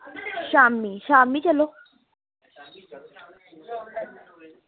शाम्मी शाम्मी चलो